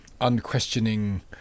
unquestioning